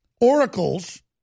oracles